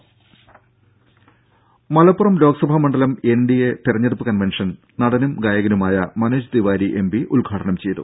ദേദ മലപ്പുറം ലോക്സഭാ മണ്ഡലം N D A തെരഞ്ഞെടുപ്പ് കൺവെൻഷൻ നടനും ഗായകനുമായ മനോജ് തിവാരി എം പി ഉദ്ഘാടനം ചെയ്തു